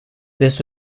this